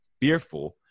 fearful